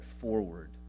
forward